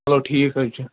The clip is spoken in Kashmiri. چلو ٹھیٖک حظ چھُ